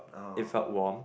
it felt warm